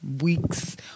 weeks